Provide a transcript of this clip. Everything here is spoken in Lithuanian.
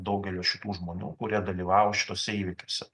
daugelio šitų žmonių kurie dalyvavo šituose įvykiuose